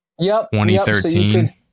2013